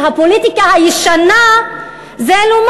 פופוליזם של הפוליטיקה הישנה זה לומר